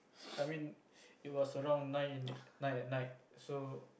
I mean it was around nine in the nine at night so